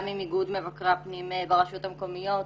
עם איגוד מבקרי הפנים ברשויות המקומיות.